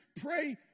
pray